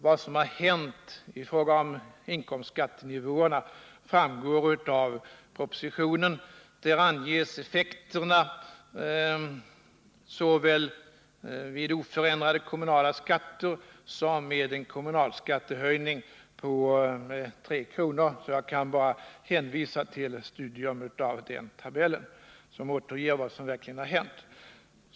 Vad som hänt i fråga om inkomstskattenivåerna framgår av propositionen. Där anges effekterna såväl vid oförändrade kommunala skatter som med en kommunalskattehöjning på 3 kr. Jag kan bara hänvisa till ett studium av den tabellen, som återger vad som verkligen har hänt.